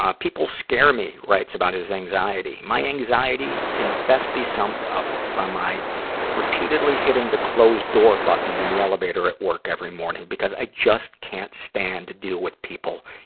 ah people scare me writes about his anxiety my anxiety can best be summed up by my repeatedly hitting the close door button in the elevator at work every morning because i just can't stand to deal with people,